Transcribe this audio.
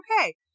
okay